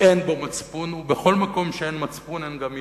אין בו מצפון, ובכל מקום שאין מצפון אין גם יהדות.